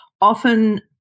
Often